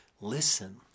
listen